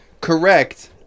correct